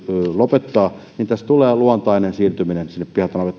lopettaa niin tässä tulee luontainen siirtyminen pihattonavettoihin